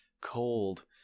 Cold